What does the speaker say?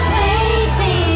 baby